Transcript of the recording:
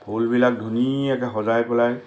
ফুলবিলাক ধুনীয়াকৈ সজাই পেলাই